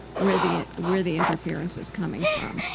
where the where the interference is coming from.